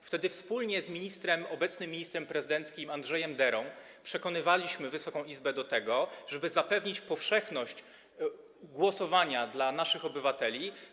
Wtedy wspólnie z obecnym ministrem prezydenckim Andrzejem Derą przekonywaliśmy Wysoką Izbę do tego, żeby zapewnić powszechność głosowania dla naszych obywateli.